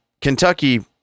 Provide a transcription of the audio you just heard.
Kentucky